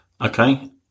Okay